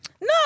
No